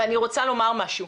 ואני רוצה לומר משהו,